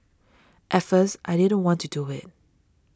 at first I didn't want to do it